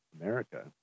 America